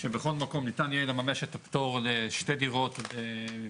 שבכל מקום ניתן יהיה לממש את הפטור לשתי דירות בבניין,